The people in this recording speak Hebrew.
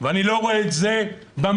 ואני לא רואה את זה במאוזן